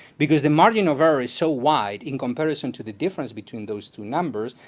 because the margin of error is so wide in comparison to the difference between those two numbers,